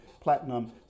platinum